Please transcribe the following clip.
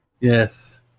Yes